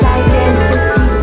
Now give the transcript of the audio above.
identity